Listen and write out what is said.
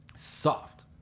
Soft